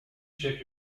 check